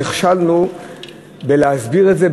עדיין נכשלנו בלהסביר את זה,